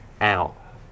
out